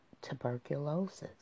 tuberculosis